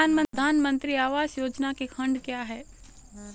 प्रधानमंत्री आवास योजना के खंड क्या हैं?